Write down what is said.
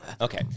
Okay